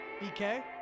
BK